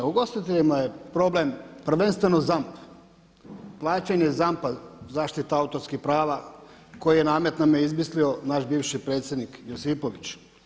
Ugostiteljima je problem prvenstveno ZAMP, plaćanje ZAMP-a zaštita autorskih prava koji namet nam je izmislio naš bivši predsjednik Josipović.